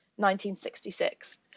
1966